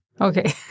Okay